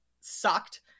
sucked